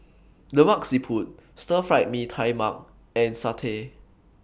Lemak Siput Stir Fry Mee Tai Mak and Satay